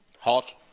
Hot